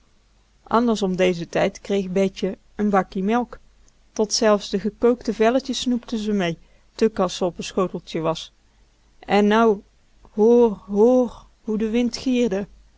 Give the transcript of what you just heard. anders om dezen tijd kreeg betje n bakkie melk tot zelfs de gekookte velletjes snoepte ze mee tuk as ze op n schoteltje was en nou hoor hoor hoe de wind gierde